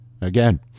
Again